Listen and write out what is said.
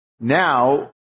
now